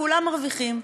כולם מרוויחים.